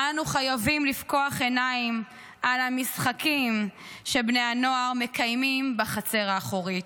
אנו חייבים לפקוח עיניים על המשחקים שבני הנוער מקיימים בחצר האחורית,